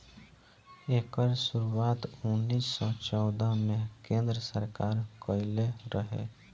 एकर शुरुआत उन्नीस सौ चौदह मे केन्द्र सरकार कइले रहे